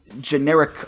generic